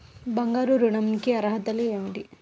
బంగారు ఋణం కి అర్హతలు ఏమిటీ?